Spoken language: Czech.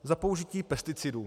Za použití pesticidů.